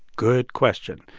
good question.